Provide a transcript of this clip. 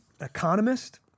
economist